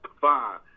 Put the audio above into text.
fine